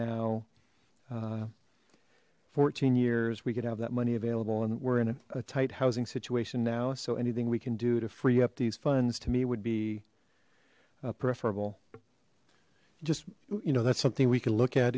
now fourteen years we could have that money available and we're in a tight housing situation now so anything we can do to free up these funds to me would be preferable just you know that's something we can look at